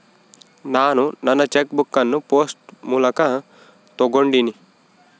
ನಾನು ನನ್ನ cheque book ಅನ್ನು ಪೋಸ್ಟ್ ಮೂಲಕ ತೊಗೊಂಡಿನಿ